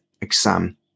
exam